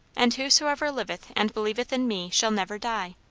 and whoesoever liveth and believeth in me, shall never die